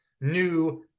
new